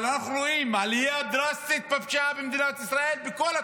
אבל אנחנו רואים עלייה דרסטית בפשיעה במדינת ישראל בכל התחומים,